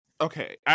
Okay